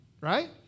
right